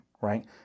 right